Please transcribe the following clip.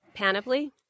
Panoply